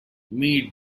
meade